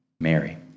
Mary